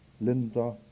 Linda